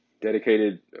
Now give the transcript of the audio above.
dedicated